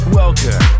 welcome